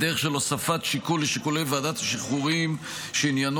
בדרך של הוספת שיקול לשיקולי ועדת השחרורים שעניינו